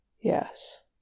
Yes